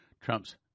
Trump's